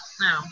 No